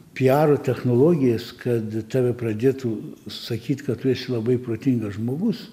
piaro technologijas kad tave pradėtų sakyt kad tu esi labai protingas žmogus